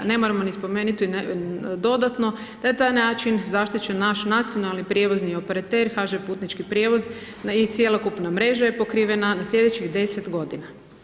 Ne moramo ni spomenuti dodatno da je taj način zaštićen naš nacionalni prijevozni operater HŽ Putnički prijevoz i cjelokupna mreža je pokrivena u slijedećih 10 godina.